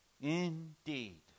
Indeed